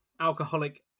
alcoholic